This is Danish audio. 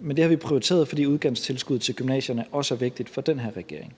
men det har vi prioriteret, fordi udkantstilskuddet til gymnasierne også er vigtigt for den her regering.